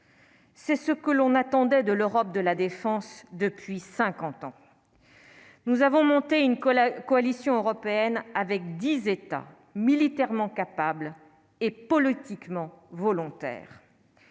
C'est ce que l'on attendait de l'Europe de la défense depuis 50 ans, nous avons monté une que la coalition européenne avec 10 États militairement capables et politiquement volontaires